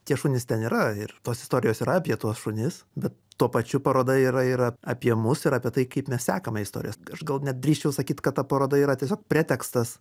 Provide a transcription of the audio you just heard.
tie šunys ten yra ir tos istorijos yra apie tuos šunis bet tuo pačiu paroda yra yra apie mus ir apie tai kaip mes sekame istoriją gal net drįsčiau sakyt kad ta paroda yra tiesiog pretekstas